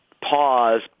pause